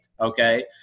okay